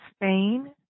Spain